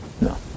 No